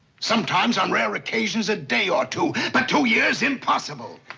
sometimes, on rare occasions, a day or two. but two years? impossible!